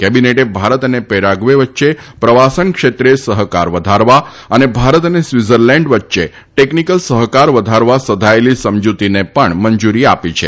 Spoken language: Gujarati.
કેબિનેટે ભારત અને પેરાગ્વે વચ્ચે પ્રવાસન ક્ષેત્રે સહકાર વધારવા અને ભારત અને સ્વિત્ઝરલેન્ડ વચ્ચે ટેકનિકલ સહકાર વધારવા સધાયેલી સમજતીને પણ મંજુરી આપી છે